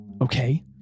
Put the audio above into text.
okay